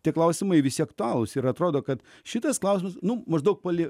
tie klausimai visi aktualūs ir atrodo kad šitas klausimas nu maždaug pali